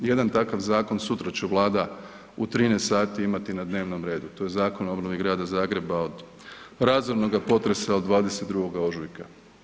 Jedan takav zakon sutra će Vlada u 13 sati imati na dnevnom redu, to je Zakon o obnovi grada Zagreba o razornoga potresa od 22. ožujka.